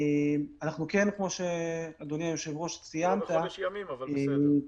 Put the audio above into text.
לא בחודש ימים, אבל בסדר.